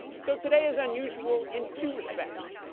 so today is unusual in two respects.